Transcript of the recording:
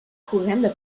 jugando